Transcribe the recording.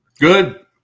Good